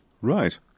right